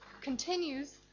continues